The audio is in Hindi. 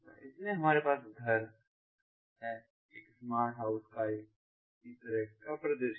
इसलिए हमारे पास घर है एक स्मार्ट हाउस तरह का परिदृश्य है